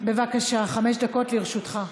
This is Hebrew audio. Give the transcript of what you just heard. בבקשה, חמש דקות לרשותך.